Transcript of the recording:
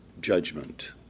judgment